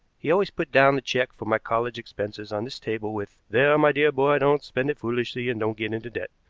he always put down the check for my college expenses on this table with, there, my dear boy, don't spend it foolishly and don't get into debt'